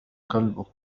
كلبك